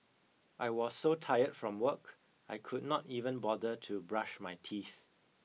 I was so tired from work I could not even bother to brush my teeth